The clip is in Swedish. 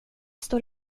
står